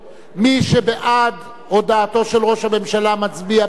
מי שבעד הודעתו של ראש הממשלה, מצביע בעד,